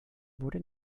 wurde